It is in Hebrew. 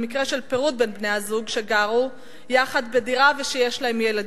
במקרה של פירוד בין בני-הזוג שגרו יחד בדירה ושיש להם ילדים,